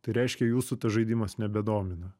tai reiškia jūsų tas žaidimas nebedomina